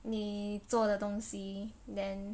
你做的东西 then